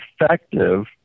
effective